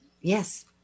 yes